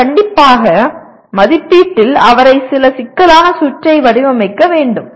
நான் கண்டிப்பாக மதிப்பீட்டில் அவரை சில சிக்கலான சுற்றை வடிவமைக்க வைக்க வேண்டும்